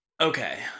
Okay